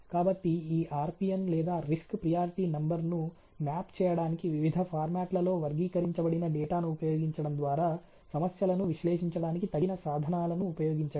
కాబట్టి ఈ RPN లేదా రిస్క్ ప్రియారిటీ నంబర్ను మ్యాప్ చేయడానికి వివిధ ఫార్మాట్లలో వర్గీకరించబడిన డేటాను ఉపయోగించడం ద్వారా సమస్యలను విశ్లేషించడానికి తగిన సాధనాలను ఉపయోగించండి